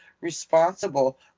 responsible